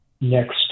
next